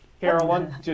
Carolyn